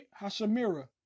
Hashemira